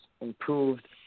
improved